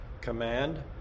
command